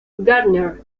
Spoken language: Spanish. gardner